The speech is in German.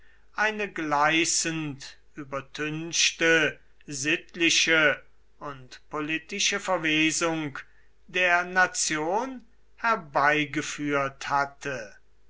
eine gleißend übertünchte sittliche und politische verwesung der nation herbeigeführt hatte